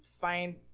find